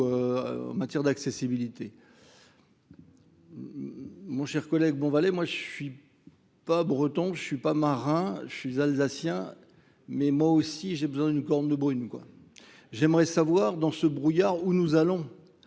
ou en matière d'accessibilité. Mon cher collègue Bonvalet, moi je suis Je ne suis pas breton, je ne suis pas marin, je suis alsacien, mais moi aussi j'ai besoin d'une corne de brune. J'aimerais savoir dans ce brouillard où nous allons.